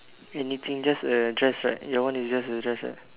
anything just a dress right your one is just a dress right